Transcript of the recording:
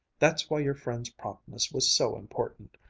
that's why your friend's promptness was so important.